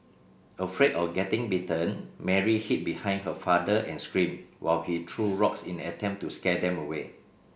afraid of getting bitten Mary hid behind her father and screamed while he threw rocks in attempt to scare them away